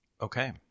Okay